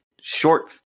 short